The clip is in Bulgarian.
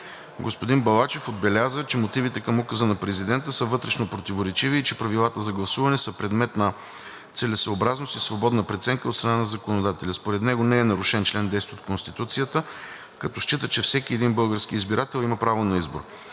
Господин Балачев отбеляза, че мотивите към Указа на президента са вътрешно противоречиви и че правилата за гласуване са предмет на целесъобразност и свободна преценка от страна на законодателя. Според него не е нарушен чл. 10 от Конституцията на Република България, като счита, че всеки един български избирател има право на избор.